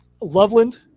Loveland